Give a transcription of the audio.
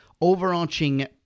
overarching